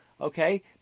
okay